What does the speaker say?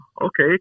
okay